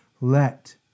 Let